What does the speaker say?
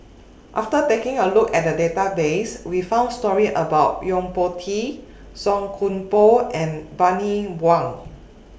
after taking A Look At The Database We found stories about Yo Po Tee Song Koon Poh and Bani Buang